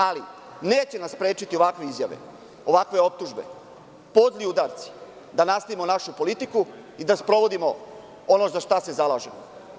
Ali, neće nas sprečiti ovakve izjave, ovakve optužbe, podli udarci da nastavimo našu politiku i da sprovodimo ono za šta se zalažemo.